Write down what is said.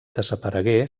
desaparegué